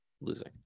losing